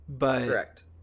Correct